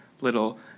little